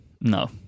no